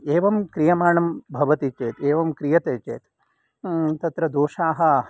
एवं क्रियमाणं भवति चेत् एवं क्रियते चेत् तत्र दोषाः